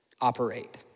operate